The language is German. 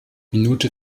minute